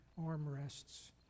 armrests